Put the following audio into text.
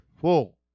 full